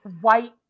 white